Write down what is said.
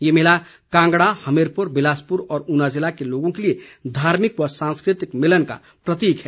ये मेला कांगड़ा हमीरपुर बिलासपुर और ऊना ज़िले के लोगों के लिए धार्मिक व सांस्कृतिक मिलन का प्रतीक है